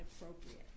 appropriate